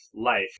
life